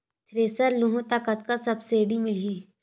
Thresher लेहूं त कतका सब्सिडी मिलही?